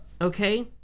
Okay